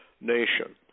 nation